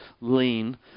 lean